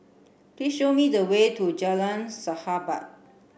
please show me the way to Jalan Sahabat